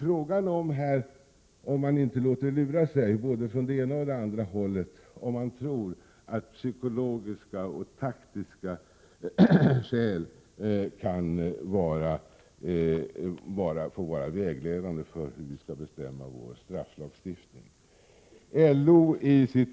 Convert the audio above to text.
Frågan är om man inte låter lura sig från både det ena och andra hållet om man tror att psykologiska och taktiska skäl kan få vara vägledande för hur vår strafflagstiftning skall se ut.